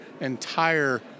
entire